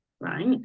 right